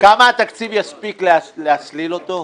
וכמה התקציב יספיק להסליל אותו?